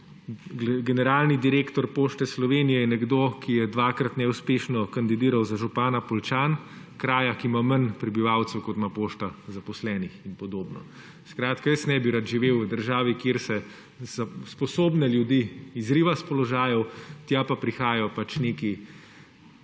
Generalni direktor Pošte Slovenije je nekdo, ki je dvakrat neuspešno kandidiral za župana Poljčan, kraja, ki ima manj prebivalcev kot ima pošta zaposlenih in podobno. Skratka, jaz ne bi rad živel v državi, kjer se sposobne ljudi izriva s položajev, tja pa prihajajo pač neki